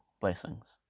blessings